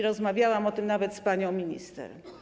Rozmawiałam o tym nawet z panią minister.